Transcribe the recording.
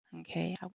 Okay